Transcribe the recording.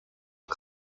are